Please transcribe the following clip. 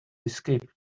escape